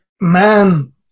man